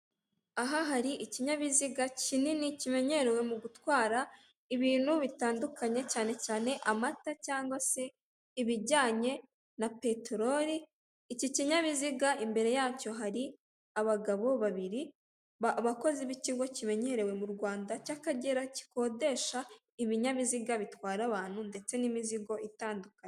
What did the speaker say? Aha hari ikinyabiziga kinini kimenyerewe mu gutwara ibintu bitandukanye cyane cyane amata cyangwase ibijyanye na peteroli. Iki kinyabiziga imbere yacyo hari abagabo babiri, abakozi b'ikigo kimenyerewe mu Rwanda cy'Akagera gikodesha ibinyabiziga bitwara abantu ndetse n'imizigo itandukanye.